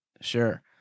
Sure